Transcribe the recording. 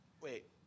wait